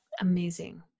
Amazing